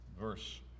verse